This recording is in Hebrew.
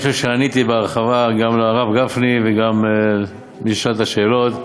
אני חושב שעניתי בהרחבה גם לרב גפני וגם בשעת השאלות.